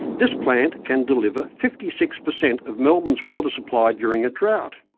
this plant can deliver fifty six percent of melbourne's water supply during a drought.